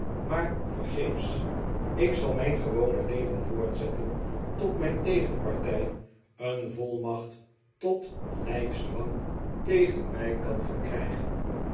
maar vergeefs ik zal mijn gewone leven voortzetten tot mijn tegenpartij een volmaeht tot lijfsdwang tegen mij kan verkrijgen